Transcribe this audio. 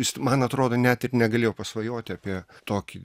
jis man atrodo net ir negalėjo pasvajoti apie tokį